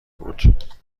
بود